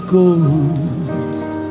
Ghost